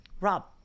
Rob